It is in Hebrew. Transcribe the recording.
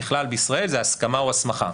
ככלל בישראל זה הסכמה או הסמכה,